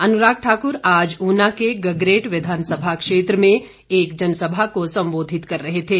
अनुराग ठाकुर आज उना के गगरेट विधानसभा क्षेत्र में एक जनसभा को सम्बोधित कर रहे थे